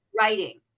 writing